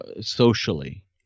socially